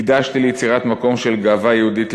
הקדשתי ליצירת מקום של גאווה יהודית לכולנו,